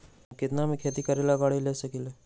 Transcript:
हम केतना में खेती करेला गाड़ी ले सकींले?